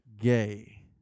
gay